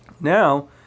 Now